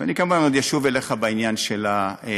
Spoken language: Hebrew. ואני כמובן עוד אשוב אליך בעניין של החיבורים.